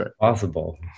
Possible